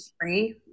free